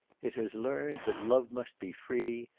it has learned that love must be free,